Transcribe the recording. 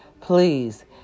Please